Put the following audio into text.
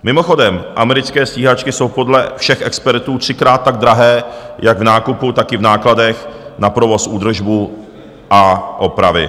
Mimochodem, americké stíhačky jsou podle všech expertů třikrát tak drahé jak v nákupu, tak v nákladech na provoz, údržbu a opravy.